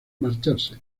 marcharse